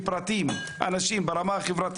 כפרטים אנחנו מתרחקים זה מזה ברמה החברתית.